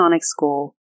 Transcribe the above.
school